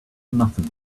nothing